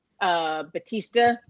Batista